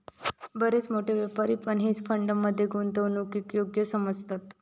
बरेच मोठे व्यापारी पण हेज फंड मध्ये गुंतवणूकीक योग्य समजतत